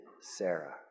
Sarah